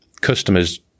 customers